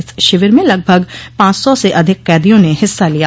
इस शिविर में लगभग पांच सौ से अधिक कदियों ने हिस्सा लिया